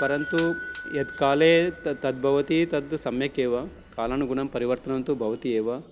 परन्तु यत् काले तद् भवति तद् सम्यक् एव कालानुगुणं परिवर्तनं तु भवति एव